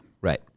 right